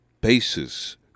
basis